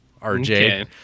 RJ